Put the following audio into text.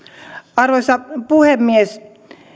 arvoisa puhemies